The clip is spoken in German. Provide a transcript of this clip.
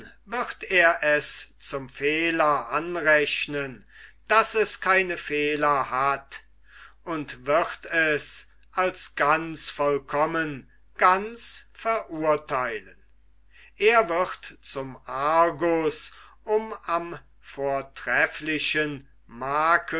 wird er es zum fehler anrechnen daß es keine fehler hat und wird es als ganz vollkommen ganz verurtheilen er wird zum argus um am vortrefflichen makel